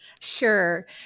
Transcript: Sure